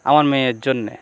আমার মেয়ের জন্যে